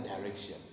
direction